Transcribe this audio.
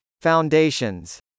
Foundations